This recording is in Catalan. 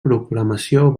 proclamació